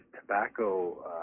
tobacco